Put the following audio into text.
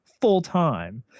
full-time